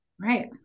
Right